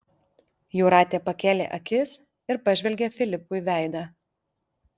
jūratė pakėlė akis ir pažvelgė filipui veidą